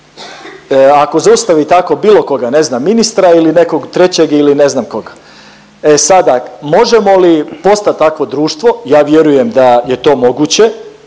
Ako zaustavi tako bilo koga ne znam ministra ili nekog trećeg ili ne znam koga, e sada možemo li postati takvo društvo, ja vjerujem da je to moguće.